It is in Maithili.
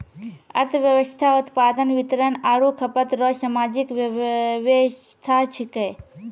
अर्थव्यवस्था उत्पादन वितरण आरु खपत रो सामाजिक वेवस्था छिकै